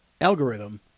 algorithm